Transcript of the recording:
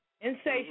Insatiable